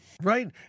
Right